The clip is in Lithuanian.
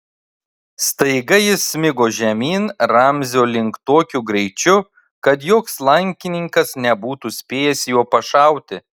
staiga jis smigo žemyn ramzio link tokiu greičiu kad joks lankininkas nebūtų spėjęs jo pašauti